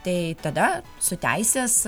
tai tada su teisės